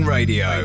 Radio